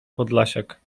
podlasiak